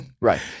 Right